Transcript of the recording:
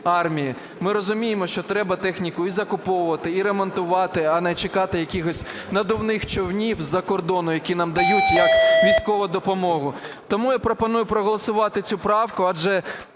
Ми розуміємо, що треба техніку і закуповувати, і ремонтувати, а не чекати якихось надувних човнів з-за кордону, які нам дають як військову допомогу. Тому я пропоную проголосувати цю правку, адже